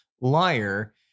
liar